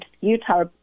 Utah